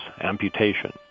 amputation